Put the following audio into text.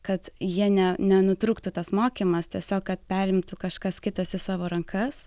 kad jie ne nenutrūktų tas mokymas tiesiog kad perimtų kažkas kitas į savo rankas